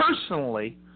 personally